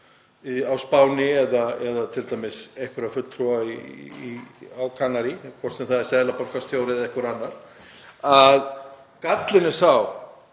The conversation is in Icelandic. á Spáni eða einhverja fulltrúa á Kanarí, hvort sem það er seðlabankastjóri eða einhver annar, að ef